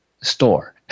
store